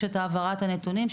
יש את העברת הנתונים,